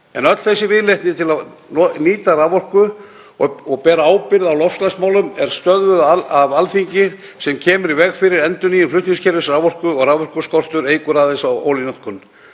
En öll þessi viðleitni til að nýta raforku og bera ábyrgð á loftslagsmálum er stöðvuð af Alþingi sem kemur í veg fyrir endurnýjun flutningskerfis raforku og raforkuskortur eykur aðeins á olíunotkun.